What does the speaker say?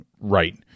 right